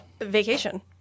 Vacation